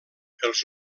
els